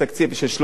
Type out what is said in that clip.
100 מיליון.